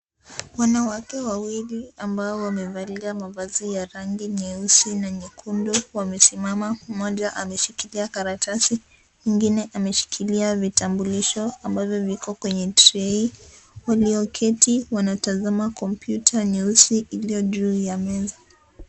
Wanawake wawili ambao wamevalia mavazi ya rangi nyeusi na nyekundu wamesimama; mmoja ameshikilia karatasi, mwingine ameshikilia vitambulisho ambavyo viko kwenye trei. Walioketi wanatazama kompyuta nyeusi iliyo juu ya meza.